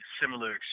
similar